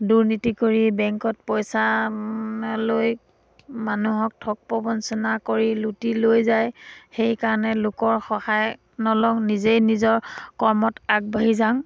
দুৰ্নীতি কৰি বেংকত পইচা লৈ মানুহক ঠগ প্ৰবঞ্চনা কৰি লুটি লৈ যায় সেইকাৰণে লোকৰ সহায় নলওঁ নিজেই নিজৰ কৰ্মত আগবাঢ়ি যাওঁ